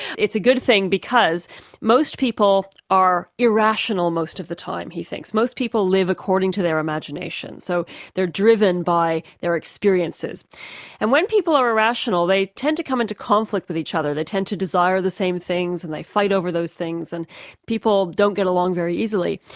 it's a good thing because most people are irrational most of the time, he thinks. most people live according to their imagination. so they're driven by their experiences and when people are irrational, they tend to come into conflict with each other they tend to desire the same things, and they fight over those things, and people don't get along very easily.